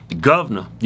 governor